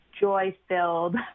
joy-filled